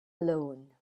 alone